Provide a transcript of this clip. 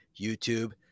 YouTube